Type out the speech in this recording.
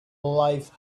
life